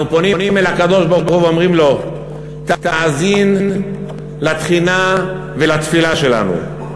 אנחנו פונים אל הקדוש-ברוך-הוא ואומרים לו: תאזין לתחינה ולתפילה שלנו.